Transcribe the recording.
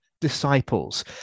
disciples